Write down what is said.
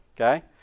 okay